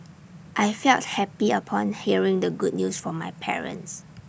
I felt happy upon hearing the good news from my parents